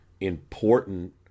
important